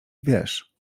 wiesz